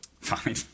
Fine